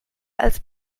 als